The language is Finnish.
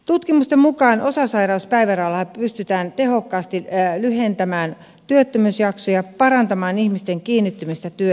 tutkimusten mukaan osasairauspäivärahalla pystytään tehokkaasti lyhentämään työttömyysjaksoja parantamaan ihmisten kiinnittymistä työelämään